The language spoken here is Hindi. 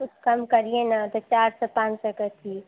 कुछ कम करिए न त चार सौ पाँच सौ कथी